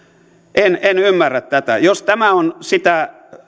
en en ymmärrä tätä jos tämä on sitä